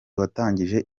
watangije